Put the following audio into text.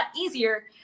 easier